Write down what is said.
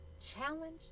challenge